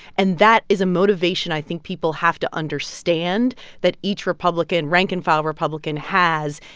and that is a motivation i think people have to understand that each republican rank-and-file republican has.